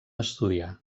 estudià